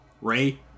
Ray